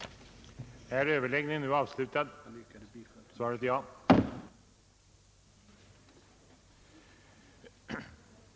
skulle kunna täcka behovet av kompetent läkarpersonal,